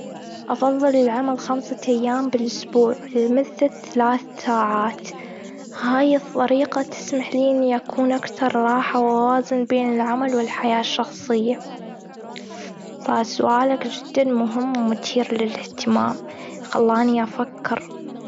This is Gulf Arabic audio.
أفضل العمل خمسة أيام بالإسبوع لمدة ثلاث ساعات. هاي الطريقة تسمح لي أن أكون أكثر راحه وأوازن بين العمل والحياة الشخصية. فسؤالك جداً مهم ومثير للإهتمام، خلاني أفكر.